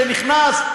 שנכנס,